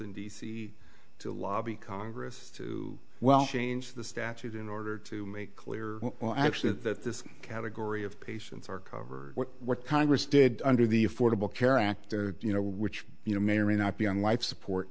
and to lobby congress to well change the statute in order to make clear well actually that this category of patients are covered what congress did under the affordable care act you know which you know may or may not be on life support